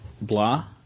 blah